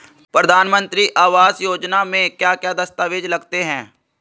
प्रधानमंत्री आवास योजना में क्या क्या दस्तावेज लगते हैं?